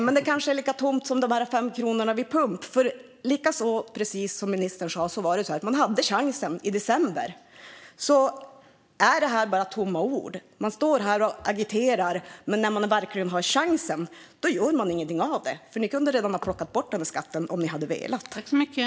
Men det är kanske lika tomt som de 5 kronorna vid pump. Man hade chansen i december, men det här är tomma ord. Man står här och agiterar, men när man verkligen har chansen gör man ingenting. Ni hade kunnat plocka bort skatten om ni hade velat.